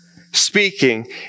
speaking